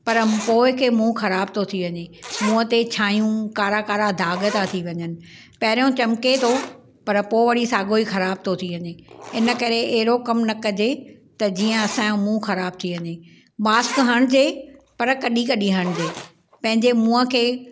पर पोइ खे मुंहुं ख़राब थो थी वञे मुंहं ते छायूं कारा कारा दाग़ था थी वञनि पहिरियों चमके थो पर पोइ वरी साॻो ई ख़राब थो थी वञे इन करे अहिड़ो कम न कजे त जीअं असांजो मुंहुं ख़राब थी वञे मास्क हणिजे पर कॾहिं कॾहिं हणिजे पंहिंजे मुंहं खे